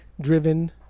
driven